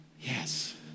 Yes